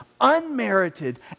unmerited